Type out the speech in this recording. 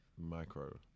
Micro